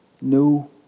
No